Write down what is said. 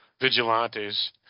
vigilantes